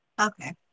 Okay